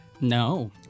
No